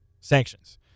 sanctions